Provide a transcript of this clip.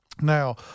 Now